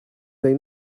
they